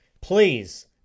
Please